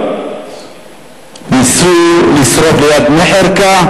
שניסו לשרוף ליד המוחרקה,